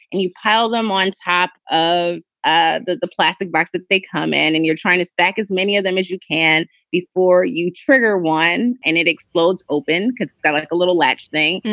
and you pile them on top of ah the the plastic bags that they come in and you're trying to stack as many of them as you can before you trigger one. and it explodes open because a like little latch thing.